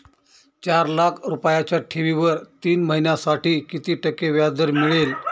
चार लाख रुपयांच्या ठेवीवर तीन महिन्यांसाठी किती टक्के व्याजदर मिळेल?